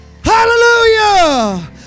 Hallelujah